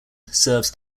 serves